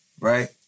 right